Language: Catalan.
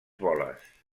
boles